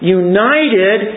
united